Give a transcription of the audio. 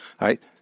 right